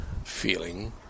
feeling